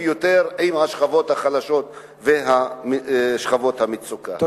יותר עם השכבות החלשות ושכבות המצוקה.